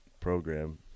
program